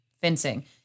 fencing